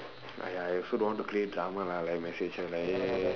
!aiya! I also don't want to create drama lah like I message her lah like !hey! !hey! !hey!